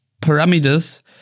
parameters